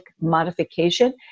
modification